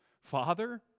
father